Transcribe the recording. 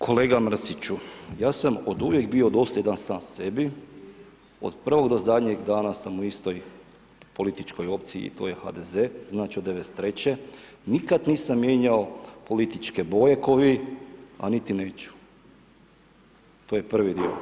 Kolega Mrsiću, ja sam oduvijek bio dosljedan sam sebi, od prvog do zadnjeg dana sam u istoj političkoj opciji i to je HDZ, znači od 93., nikad nisam mijenjao političke boje ko vi, a niti neću, to je prvi dio.